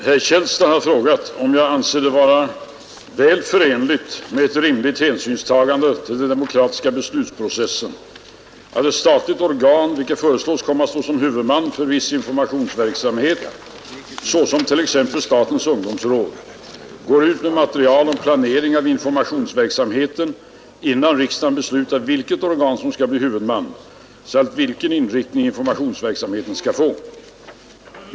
Herr talman! Herr Källstad har frågat mig om jag anser det vara väl förenligt med ett rimligt hänsynstagande till den demokratiska beslutsprocessen att ett statligt organ, vilket föreslås komma stå som huvudman för viss informationsverksamhet, såsom t.ex. statens ungdomsråd, går ut med material om planering av informationsverksamheten, innan riksdagen beslutat vilket organ som skall bli huvudman samt vilken inriktning informationsverksamheten skall få.